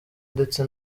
ndetse